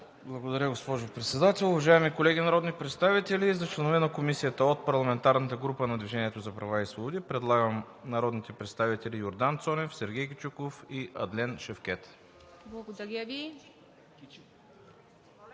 Благодаря, госпожо Председател. Уважаеми колеги народни представители, за членове на комисията от „Движението за права и свободи“ предлагам народните представители Йордан Цонев, Сергей Кичиков и Адлен Шевкед.